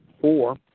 four